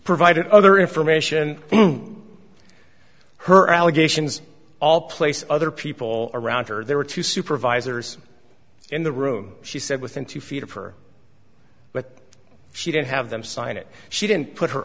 provided other information her allegations all place other people around her there were two supervisors in the room she said within two feet of her but she didn't have them sign it she didn't put her